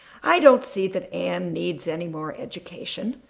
i don't see that anne needs any more education.